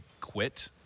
quit